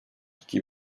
iki